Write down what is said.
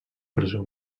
presó